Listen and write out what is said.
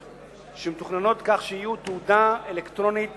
שמתוכננות כך שיהיו תעודה אלקטרונית